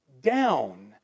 down